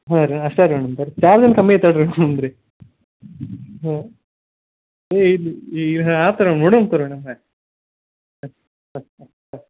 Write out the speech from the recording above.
ಹಾಂ ರೀ ಅಷ್ಟೇ ರೀ ಮೇಡಮ್ ಚಾರ್ಜ್ ಏನು ಕಮ್ಮಿ ಐತಲ್ರೀ ರೀ ಹಾಂ ಇದು ಈ ಯಾವ ಥರ